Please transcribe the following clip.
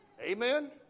Amen